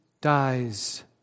dies